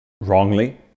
wrongly